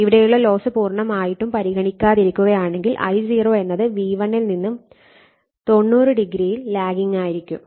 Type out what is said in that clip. ഇവിടെയുള്ള ലോസ് പൂർണ്ണമായിട്ടും പരിഗണിക്കാതിരിക്കുകയാണെങ്കിൽ I0 എന്നത് V1 ൽ നിന്ന് 90o ൽ ലാഗിങ്ങായിരിക്കും